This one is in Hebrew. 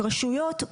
רשויות,